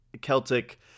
Celtic